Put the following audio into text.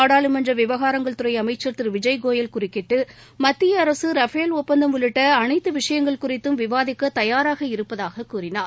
நாடாளுமன்ற விவகாரங்கள் துறை அமைச்சர் திரு விஜய்கோயல் குறுக்கிட்டு மத்திய அரசு ரஃபேல் ஒப்பந்தம் உள்ளிட்ட அனைத்து விஷயங்கள் குறித்தும் விவாதிக்க தயாராக இருப்பதாக கூறினார்